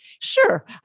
sure